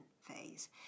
phase